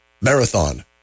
Marathon